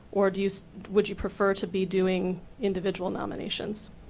or would you so would you prefer to be doing individual nomination?